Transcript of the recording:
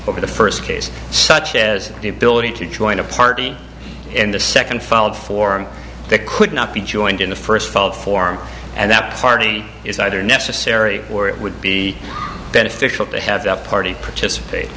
over the first case such as the ability to join a party in the second followed form that could not be joined in the first fault form and that party is either necessary or it would be beneficial to have the party participate